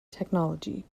technology